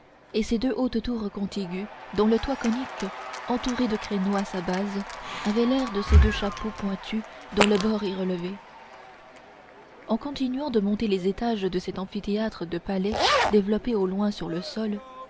et ses deux hautes tours contiguës dont le toit conique entouré de créneaux à sa base avait l'air de ces chapeaux pointus dont le bord est relevé en continuant de monter les étages de cet amphithéâtre de palais développé au loin sur le sol